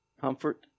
comfort